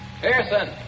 Pearson